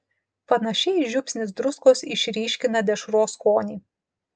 panašiai žiupsnis druskos išryškina dešros skonį